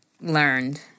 learned